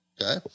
Okay